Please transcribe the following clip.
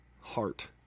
heart